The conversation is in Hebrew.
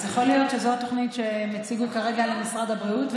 אז יכול להיות שזו התוכנית שהם הציגו כרגע למשרד הבריאות ,